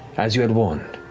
as you had warned.